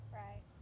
right